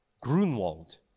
Grunwald